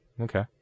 Okay